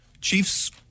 Chiefs